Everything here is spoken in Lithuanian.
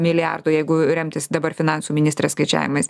milijardo jeigu remtis dabar finansų ministrės skaičiavimais